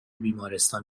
بیمارستان